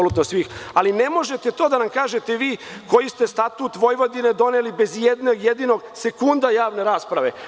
Ne možete to da nam kažete vi koji ste Statut Vojvodine doneli bez i jednog jedinog sekunda javne rasprave.